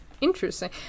interesting